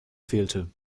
fehlte